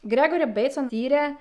gregori beicon tyrė